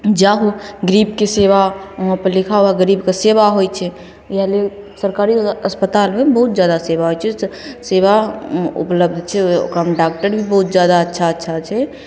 जाहो गरीबके सेवा ओहाँपर लिखा होगा गरीबके सेवा होइ छै इहए लिए सरकारी अस्पतालमे बहुत जादा सेवा होइ छै तऽ सेवा उपलब्ध छै ओकरामे डाकटर भी बहुत जादा अच्छा अच्छा छै